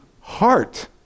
heart